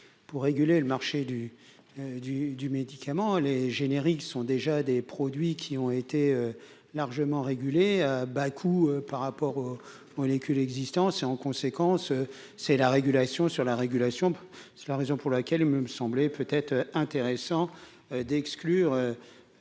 pour réguler le marché du du du médicament, les génériques sont déjà des produits qui ont été largement réguler à Bakou par rapport aux molécules existence et, en conséquence, c'est la régulation sur la régulation, c'est la raison pour laquelle même semblé peut être intéressant d'exclure